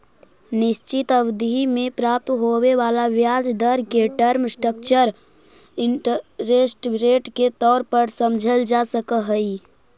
निश्चित अवधि में प्राप्त होवे वाला ब्याज दर के टर्म स्ट्रक्चर इंटरेस्ट रेट के तौर पर समझल जा सकऽ हई